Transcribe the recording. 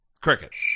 crickets